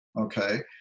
okay